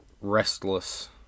Restless